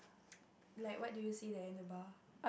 like what do you see there in the bar